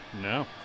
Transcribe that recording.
No